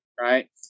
Right